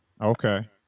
Okay